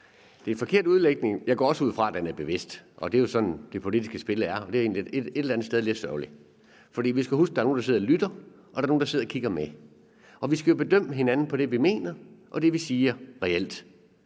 Det er en forkert udlægning; jeg går også ud fra, at den er bevidst. Det er jo sådan, det politiske spil er, og det er et eller andet sted lidt sørgeligt. For vi skal huske på, at der er nogle, der sidder og lytter, og der er nogle, der sidder og kigger med. Og vi skal jo bedømme hinanden på det, vi mener, og det, vi siger reelt.